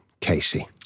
Casey